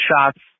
shots